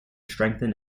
strengthen